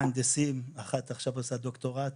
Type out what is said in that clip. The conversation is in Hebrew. מהנדסים, אחת עכשיו עושה דוקטורט.